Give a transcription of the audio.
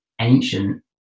ancient